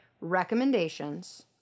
recommendations